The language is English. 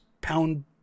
pound